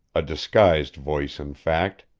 a disguised voice in fact.